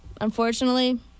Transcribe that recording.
unfortunately